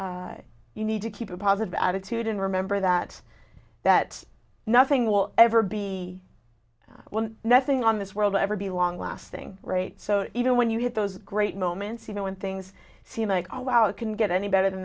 you need to keep a positive attitude and remember that that nothing will ever be well nothing on this world ever be long lasting right so even when you have those great moments you know when things seem like oh wow it can get any better than